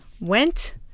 went